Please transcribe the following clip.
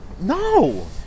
No